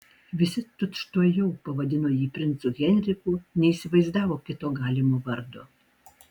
visi tučtuojau pavadino jį princu henriku neįsivaizdavo kito galimo vardo